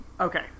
Okay